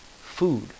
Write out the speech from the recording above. food